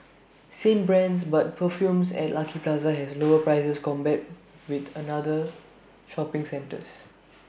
same brands but perfumes at Lucky Plaza has lower prices compared with other shopping centres